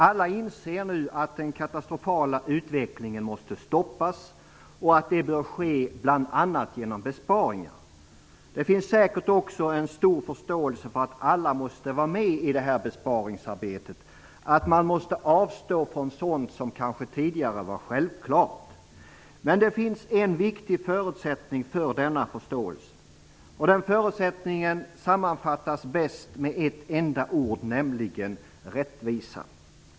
Alla inser nu att den katastrofala utvecklingen måste stoppas och att det bör ske bl.a. genom besparingar. Det finns säkert också en stor förståelse för att alla måste vara med i detta besparingsarbete, att man måste avstå från sådant som tidigare kanske var självklart. Men det finns en viktig förutsättning för denna förståelse. Den förutsättningen sammanfattas bäst med ett enda ord, nämligen rättvisa.